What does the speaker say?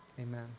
amen